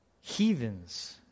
heathens